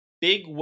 big